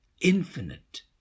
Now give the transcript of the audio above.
infinite